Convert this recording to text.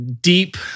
deep